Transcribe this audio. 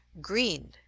Green